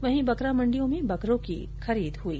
वहीं बकरा मंडियों में बकरों की खरीद हई